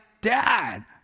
dad